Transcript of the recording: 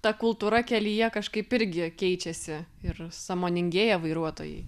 ta kultūra kelyje kažkaip irgi keičiasi ir sąmoningėja vairuotojai